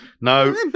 no